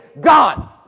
gone